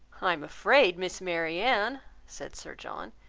i am afraid, miss marianne, said sir john,